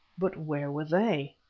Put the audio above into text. but where were they?